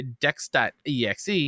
Dex.exe